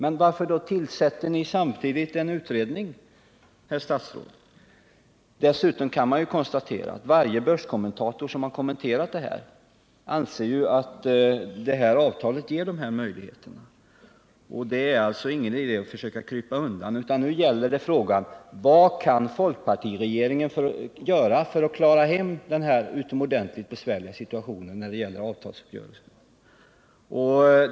Men varför tillsätter ni då samtidigt en utredning, herr statsråd? Dessutom kan man ju konstatera att varje börskommentator som kommenterat detta anser att avtalet ger möjligheter till förlustavdrag. Det är alltså ingen idé att försöka krypa undan, utan nu gäller det: Vad kan folkpartiregeringen göra för att klara denna utomordentligt besvärliga situation när det gäller avtalsuppgörelsen?